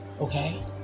okay